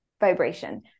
vibration